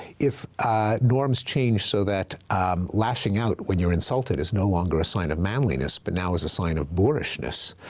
if norms change so that um lashing out when you're insulted is no longer a sign of manliness but now is a sign of boorishness,